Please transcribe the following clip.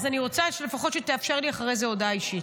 אז אני רוצה לפחות שתאפשר לי אחרי זה הודעה אישית.